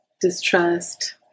distrust